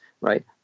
right